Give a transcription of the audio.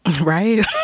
right